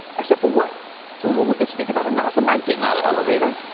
i said, for what? so we were we could speak about a nasa man getting out of elevator.